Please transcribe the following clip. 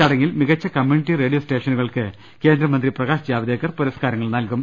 ചടങ്ങിൽ മികച്ച community radio സ്റ്റേഷനുകൾക്ക് കേന്ദ്രമന്ത്രി പ്രകാശ് ജാവ്ദേക്കർ പുര സ്കാരങ്ങൾ നൽകും